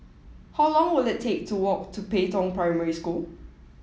how long will it take to walk to Pei Tong Primary School